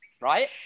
right